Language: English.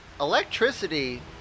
Electricity